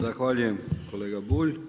Zahvaljujem kolega Bulj.